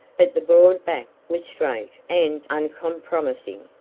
but the broad back was straight and uncompromising.